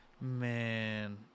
Man